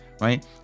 right